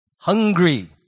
Hungry